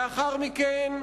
לאחר מכן,